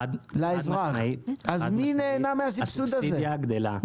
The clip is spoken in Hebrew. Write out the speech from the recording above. חד משמעית הסובסידיה גדלה.